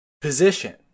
position